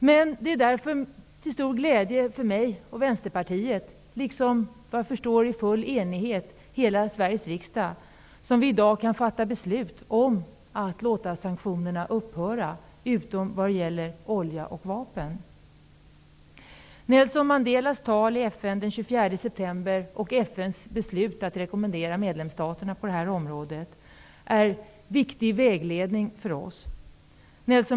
Därför är det en stor glädje för mig och Vänsterpartiet -- liksom, vad jag förstår, även för hela Sveriges riksdag i full enighet -- att vi i dag kan fatta beslut om att låta sanktionerna upphöra utom när det gäller olja och vapen. FN:s beslut att rekommendera medlemsstaterna på detta område är viktig vägledning för oss.